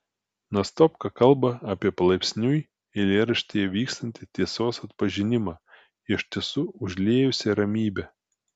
nastopka kalba apie palaipsniui eilėraštyje vykstantį tiesos atpažinimą iš tiesų užliejusią ramybę